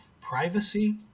Privacy